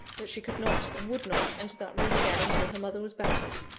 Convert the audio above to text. that she could not, and would not, enter that room again until her mother was better.